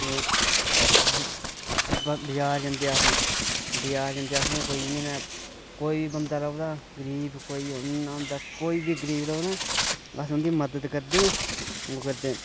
अस बजार जंदे असैं गी कोई इयै नेहा कोई बंदा लभदा कोई बी गरीब लभदा अस हुंदी मदद करदे